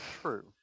True